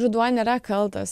ruduo nėra kaltas